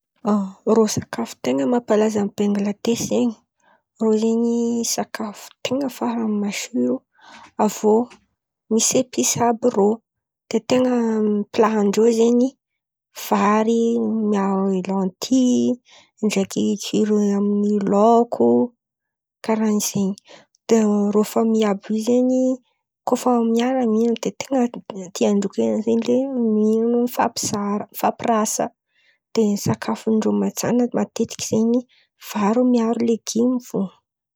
Rô sakafo ten̈a mampalaza any Bangiladesy zen̈y, rô zen̈y sakafo ten̈a farany masiro aviô misy episy àby rô. De ten̈a pilàndrô zen̈y vary miaro lantihy ndreky kirony amin'ny laoko. Karà zen̈y. De rô famÿ àby io zen̈y koa fa miara-mihina de ten̈a tiandrô ze zen̈y lay mino mifampizara mifampirasa. De ny sakafondrô mantsana matetiky zen̈y vary miaro legimy fo.